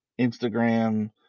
Instagram